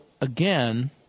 again